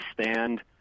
stand